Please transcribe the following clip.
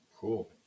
Cool